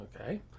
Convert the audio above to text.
okay